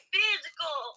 physical